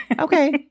Okay